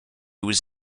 was